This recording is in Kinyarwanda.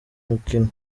mukino